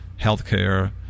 healthcare